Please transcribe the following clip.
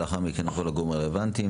ולאחר מכן כל הגורמים הרלבנטיים.